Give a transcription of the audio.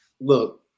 look